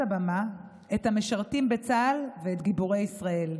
הבמה את המשרתים בצה"ל ואת גיבורי ישראל.